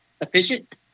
efficient